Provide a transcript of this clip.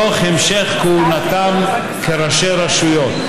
תוך המשך כהונתם כראשי רשויות.